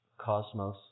Cosmos